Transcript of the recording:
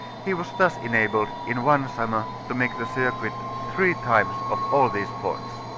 he was thus enabled, in one summer, to make the circuit three times of all these points.